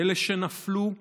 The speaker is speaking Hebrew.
אלה שנפלו במלחמה,